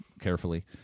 carefully